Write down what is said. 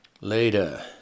Later